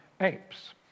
apes